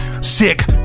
sick